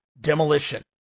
demolition